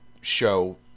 show